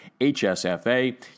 HSFA